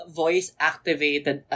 voice-activated